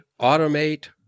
automate